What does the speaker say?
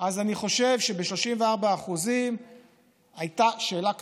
אז אני חושב שב-34% הייתה שאלה כבדה,